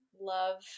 love